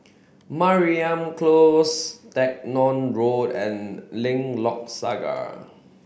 Mariam Close Stagmont Road and Lengkok Saga